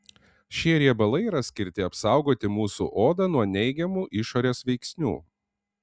šie riebalai yra skirti apsaugoti mūsų odą nuo neigiamų išorės veiksnių